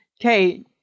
Okay